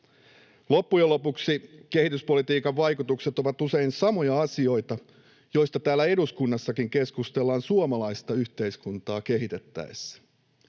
Loppujen lopuksi kehityspolitiikan vaikutukset ovat usein samoja asioita, joista täällä eduskunnassakin keskustellaan suomalaista yhteiskuntaa kehitettäessä.